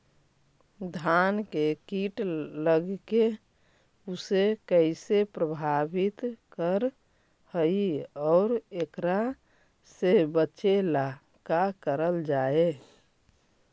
धान में कीट लगके उसे कैसे प्रभावित कर हई और एकरा से बचेला का करल जाए?